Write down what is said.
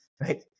right